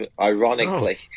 ironically